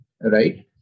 right